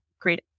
great